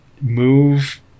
move